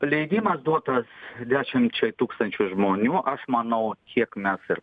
leidimas duotas dešimčiai tūkstančių žmonių aš manau tiek mes ir